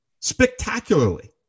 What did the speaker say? Spectacularly